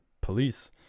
police